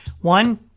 one